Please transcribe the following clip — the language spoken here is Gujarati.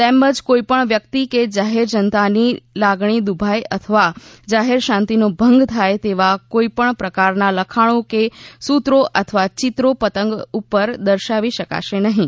તેમજ કોઈપણ વ્યક્તિ કે જાહેર જનતાની લાગણી દૂભાય અથવા જાહેર શાંતિનો ભંગ થાય તેવા કોઈપણ પ્રકારના લખાણો કે સૂત્રો અથવા ચિત્રો પતંગ ઉપર દર્શાવી શકાશે નહીં